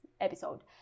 episode